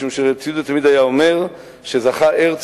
משום שהרב צבי יהודה היה תמיד אומר שזכה הרצל